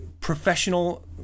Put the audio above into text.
professional